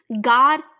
God